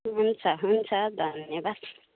हुन्छ हुन्छ धन्यवाद